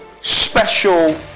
special